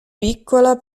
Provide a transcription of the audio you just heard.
piccola